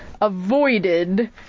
avoided